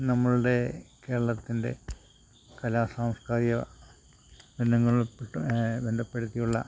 നമ്മളുടെ കേരളത്തിൻ്റെ കലാ സാംസ്കാരിക ബന്ധങ്ങളിൽ പെട്ടു ബന്ധപ്പെടുത്തിയുള്ള